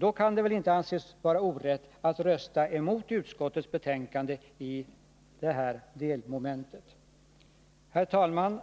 så kan det väl inte anses vara orätt att rösta emot utskottets förslag i det här delmomentet. Herr talman!